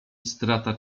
strata